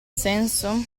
senso